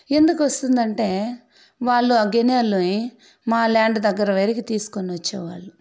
ఎందుకు వస్తుందంటే వాళ్లు ఆ గనేల్లోని మా ల్యాండ్ దగ్గర వరుకు తీసుకొని వచ్చేవాళ్ళు